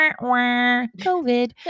COVID